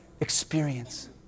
Experience